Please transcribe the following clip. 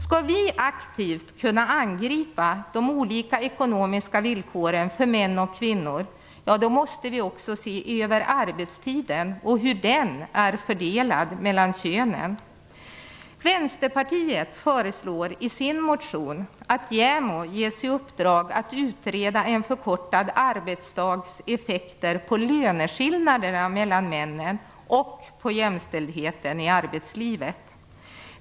Om vi aktivt skall kunna angripa de olika ekonomiska villkoren för män och kvinnor måste vi också se över arbetstiden och hur den är fördelad mellan könen. Vänsterpartiet föreslår i sin motion att JämO skall ges i uppdrag att utreda en förkortad arbetsdags effekter på löneskillnaderna mellan könen och på jämställdheten i arbetslivet.